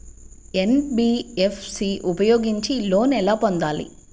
NBFC ఉపయోగించి loan ఎలా పొందాలి?